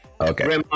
okay